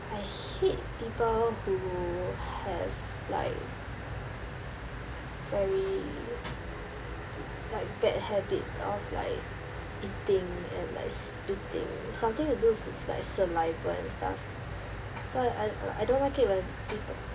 um I hate people who have like very like bad habit of like eating and like spitting something to do like saliva and stuff so I I don't like it when people